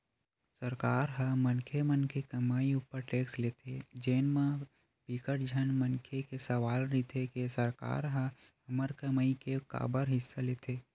सरकार ह मनखे के कमई उपर टेक्स लेथे जेन म बिकट झन मनखे के सवाल रहिथे के सरकार ह हमर कमई के काबर हिस्सा लेथे